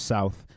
South